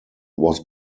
was